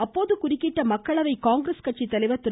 அப்போது குறுக்கிட்ட மக்களவை காங்கிரஸ் கட்சித்தலைவர் திரு